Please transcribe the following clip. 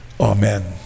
Amen